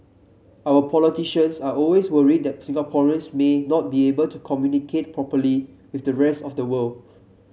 our politicians are always worried that Singaporeans may not be able to communicate properly with the rest of the world